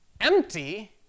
empty